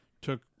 took